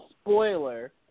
spoiler